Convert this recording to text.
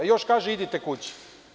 Još kaže – idite kući.